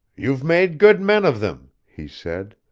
you've made good men of them, he said.